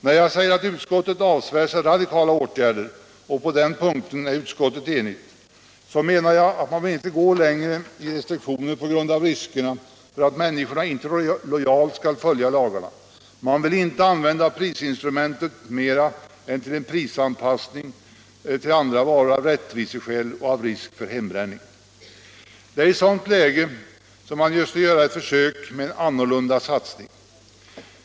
När jag säger att utskottet avsvär sig radikala åtgärder — och på den punkten är utskottet enigt — så menar jag att man inte vill gå längre i restriktioner på grund av riskerna för att människorna inte lojalt skall följa lagarna. Man vill av rättviseskäl och med tanke på risk för hembränning inte använda prisinstrumentet mera än till en prisanpassning till andra varor. Det är i ett sådant läge man måste göra ett försök med en annorlunda satsning.